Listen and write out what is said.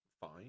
fine